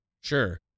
Sure